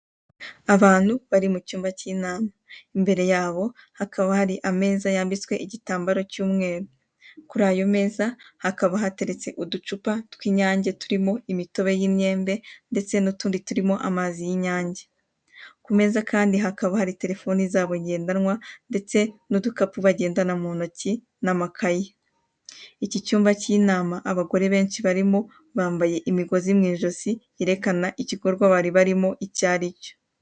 Abantu bari mu cyumba k'inama, imbere yabo hakaba hari ameza yambitswe igitambaro cy'umweru, kuri ayo meza hakaba hateretse uducupa tw'Inyange turimo imitobe y'imyembe ndetse n'utundi turimo amazi y'Inyange, ku meza kandi hakaba hari telefone zabo ngendawna ndetse n'udukapu bagendana mu ntoki n'amakayi, iki cyumba k'inama abagore benshi barimo bambaye imigozi mu ijosi yerekana igikorwa bari barimo icyo ari cyo.